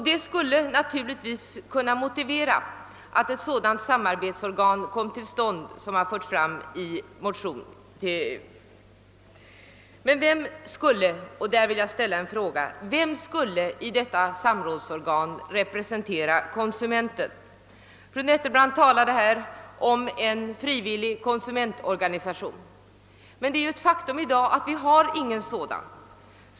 Detta skulle naturligtvis kunna motivera att ett samrådsorgan kom till stånd vilket föreslagits i motionerna. Men vem skulle i detta samrådsorgan representera konsumenterna? Fru Nettelbrandt talade om en frivillig konsumentorganisation, men vi har i dag inte någon sådan.